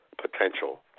Potential